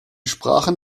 sprachen